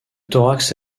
thorax